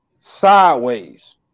sideways